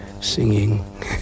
singing